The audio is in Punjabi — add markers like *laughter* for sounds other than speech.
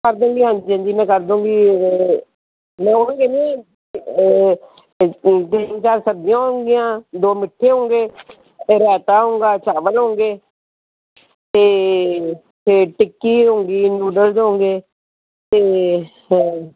ਕਰਦੂਗੀ ਹਾਂਜੀ ਹਾਂਜੀ ਮੈਂ ਕਰਦੂਗੀ ਅਤੇ ਮੈਂ ਉਹੀ ਕਹਿੰਦੀ *unintelligible* ਤਿੰਨ ਚਾਰ ਸਬਜ਼ੀਆਂ ਹੋਣਗੀਆਂ ਦੋ ਮਿੱਠੇ ਹੋਊਂਗੇ ਰਾਇਤਾ ਹੋਊਂਗਾ ਚਾਵਲ ਹੋਊਂਗੇ ਅਤੇ ਫਿਰ ਟਿੱਕੀ ਹੋਊਂਗੀ ਨਿਊਡਲਜ਼ ਹੋਣਗੇ ਅਤੇ ਫਿਰ